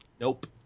nope